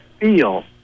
feel